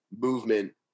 movement